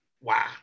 Wow